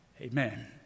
Amen